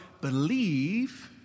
Believe